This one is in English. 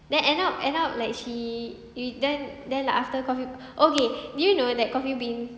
then end up end up like she we then then like after coffee okay did you know that Coffee Bean